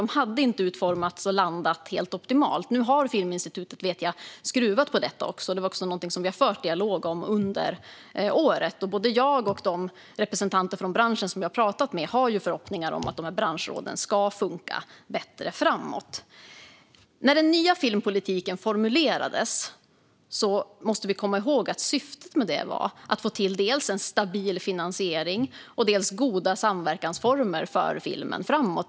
De hade inte utformats och landat helt optimalt. Nu vet jag att Filminstitutet har skruvat på detta. Det är också något som vi har fört dialog om under året, och både jag och de representanter från branschen som jag pratat med har förhoppningar om att branschråden ska funka bättre framöver. Vi måste komma ihåg att när den nya filmpolitiken formulerades var syftet att få till dels en stabil finansiering och dels goda samverkansformer för filmen framåt.